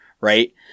right